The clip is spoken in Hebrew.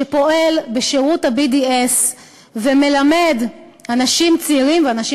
שפועל בשירות ה-BDS ומלמד אנשים צעירים ואנשים